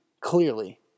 clearly